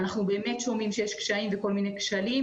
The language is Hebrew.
אנחנו שומעים שיש קשיים וכל מיני כשלים